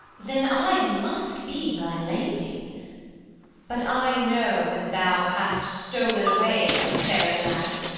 then i must be thy lady but i know when thou hast stolen away from fairy land,